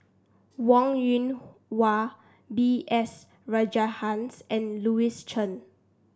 Wong Yoon Wah B S Rajhans and Louis Chen